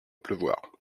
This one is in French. pleuvoir